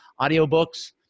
audiobooks